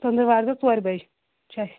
ژٔنٛدر وارِ دۄہ ژورِ بَجہِ چھُ اَسہِ